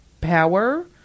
power